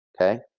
Okay